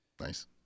Nice